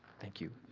thank you.